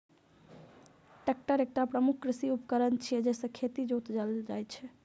tractor एकटा प्रमुख कृषि उपकरण छियै, जइसे खेत जोतल जाइ छै